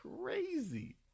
crazy